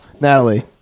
Natalie